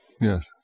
Yes